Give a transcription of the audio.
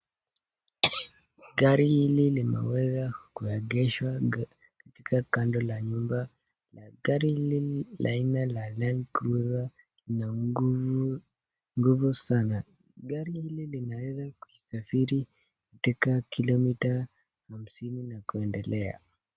Gari hili limeweza kuegeshwa kando la nyumba. Gari hili ni la aina la land cruiser lina nguvu sana. Gari hili linaweza kuisafiri katika kilomita hamsini na kuendelea.